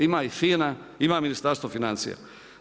Ima i FINA, ima Ministarstvo financija.